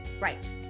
right